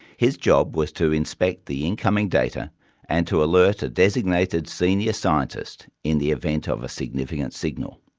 his job was to inspect the incoming data and to alert a designated senior scientist in the event of a significant signal.